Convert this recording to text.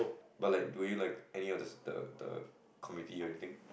but like do you like any of the the community or anything